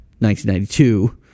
1992